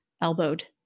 elbowed